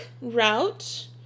route